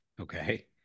Okay